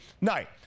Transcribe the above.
night